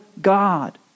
God